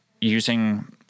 using